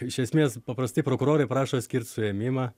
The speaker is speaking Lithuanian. iš esmės paprastai prokurorai prašo skirt suėmimą